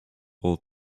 all